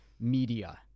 media